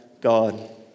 God